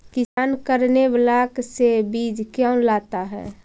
किसान करने ब्लाक से बीज क्यों लाता है?